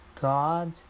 God